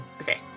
Okay